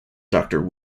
doctor